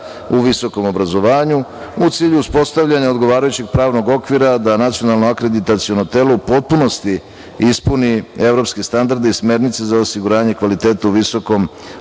u visokom obrazovanju u cilju uspostavljanja odgovarajućeg pravnog okvira da Nacionalno akreditaciono telo u potpunosti ispuni evropske standarde i smernice za osiguranje kvaliteta u visokom obrazovanju,